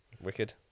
Wicked